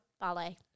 Ballet